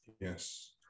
Yes